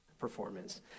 performance